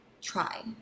try